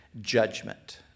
judgment